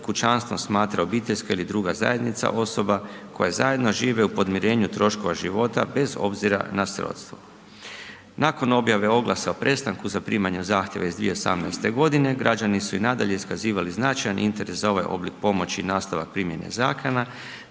kućanstvom smatra obiteljska ili druga zajednica osoba koje zajedno žive u podmirenju troškova života bez obzira na sve ostalo. Nakon objave oglasa o prestanku zaprimanja zahtjeva iz 2018. godine građani su i nadalje iskazivali značajan interes za ovaj oblik pomoći i nastavak primjene zakona